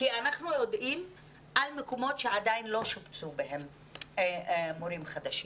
כי אנחנו יודעים על מקומות שעדיין לא שובצו בהם מורים חדשים.